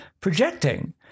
projecting